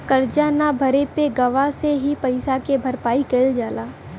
करजा न भरे पे गवाह से ही पइसा के भरपाई कईल जाला